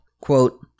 Quote